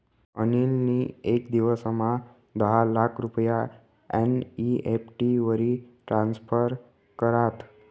अनिल नी येक दिवसमा दहा लाख रुपया एन.ई.एफ.टी वरी ट्रान्स्फर करात